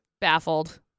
baffled